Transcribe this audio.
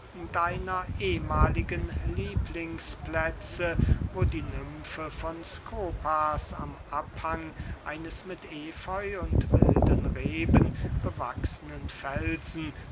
deiner ehmahligen lieblingsplätze wo die nymfe von skopas am abhang eines mit epheu und wilden reben bewachsnen felsen